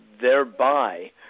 thereby